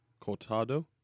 Cortado